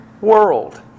world